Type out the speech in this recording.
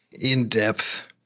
in-depth